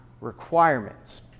requirements